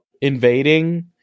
invading